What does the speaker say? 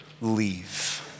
leave